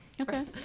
Okay